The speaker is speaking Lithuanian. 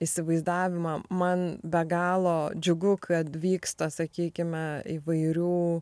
įsivaizdavimą man be galo džiugu kad vyksta sakykime įvairių